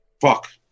fuck